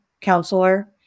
counselor